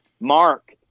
Mark